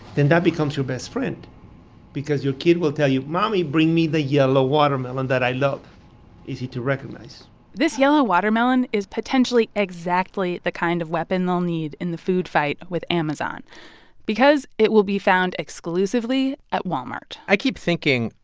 then that becomes your best friend because your kid will tell you, mommy, bring me the yellow watermelon that i love easy to recognize this yellow watermelon is potentially exactly the kind of weapon they'll need in the food fight with amazon because it will be found exclusively at walmart i keep thinking,